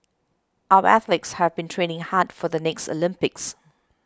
our athletes have been training hard for the next Olympics